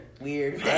weird